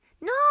No